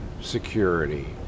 Security